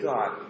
God